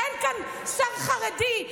אין כאן שר חרדי,